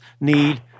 need